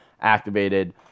activated